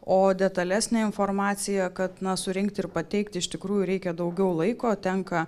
o detalesnė informacija kad na surinkt ir pateikt iš tikrųjų reikia daugiau laiko tenka